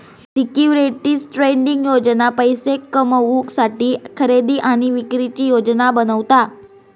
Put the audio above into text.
securities trading योजना पैशे कमवुसाठी खरेदी आणि विक्रीची योजना बनवता